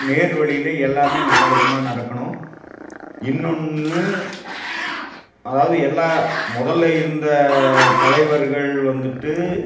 நேர்வழியில் எல்லாமே நல்லவிதமாக நடக்கணும் இன்னொன்று அதாவது எல்லா முதல்ல இருந்த தலைவர்கள் வந்துட்டு